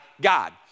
God